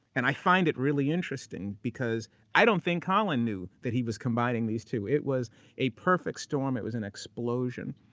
and i find it really interesting because i don't think colin knew that he was combining these two. it was a perfect storm. it was an explosion,